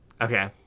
Okay